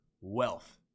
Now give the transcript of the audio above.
wealth